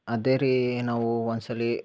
ಅದೇ ರೀ ನಾವು ಒನ್ಸಲಿ